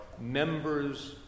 members